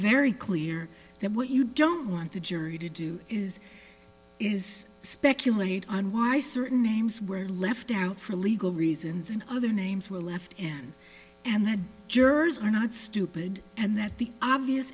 very clear that what you don't want the jury to do is is speculate on why certain names were left out for legal reasons and other names were left and and that jurors are not stupid and that the obvious